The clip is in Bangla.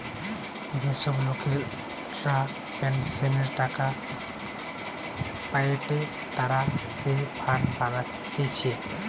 যে সব লোকরা পেনসনের টাকা পায়েটে তারা যে ফান্ড বানাতিছে